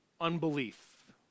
Unbelief